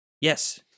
Yes